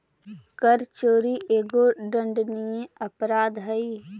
कर चोरी एगो दंडनीय अपराध हई